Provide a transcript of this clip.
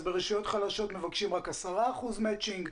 אז ברשויות חלשות מבקשים רק 10 אחוזים מצ'ינג.